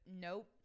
Nope